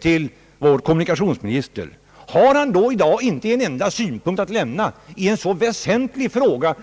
till vår kommunikationsminister: Har han då i dag inte en enda synpunkt att anföra i en så väsentlig fråga?